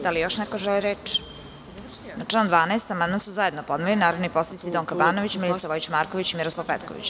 Da li još neko želi reč? (Ne.) Na član 12. amandman su zajedno podneli narodni poslanici Donka Banović, Milica Vojić Marković i Miroslav Petković.